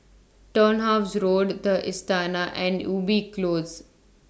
Turnhouse Road The Istana and Ubi Close